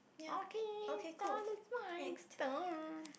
okay now is my turn